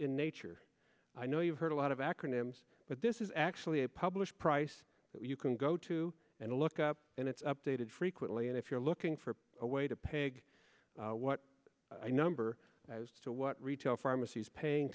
in nature i know you've heard a lot of acronyms but this is actually a published price that you can go to and look up and it's updated frequently and if you're looking for a way to pig what number as to what retail pharmacy is paying